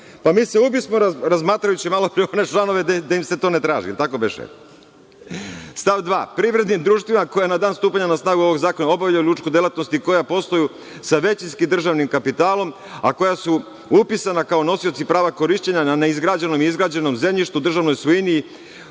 Pa, mi se ubismo razmatrajući malo pre one članove gde im se to ne traži. Stav 2. – Privrednim društvima koja na dan stupanja na snagu ovog zakona obavljaju lučku delatnost i koja posluju sa većinskim državnim kapitalom a koja su upisana kao nosioci prava korišćenja na neizgrađenom i izgrađenom zemljištu, državnoj svojini